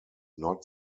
not